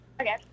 Okay